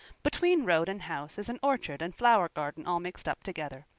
between road and house is an orchard and flower-garden all mixed up together.